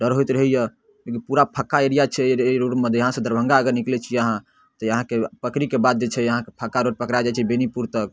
डर होइत रहैए लेकिन पूरा फक्का एरिया छै अइ अइ रोडमे इहाँसँ दरभंगाके निकलै छियै अहाँ तऽ अहाँके पकड़ीके बाद जे छै अहाँके फक्का रोड पकड़ै जाइ छै बेनीपुर तक